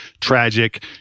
tragic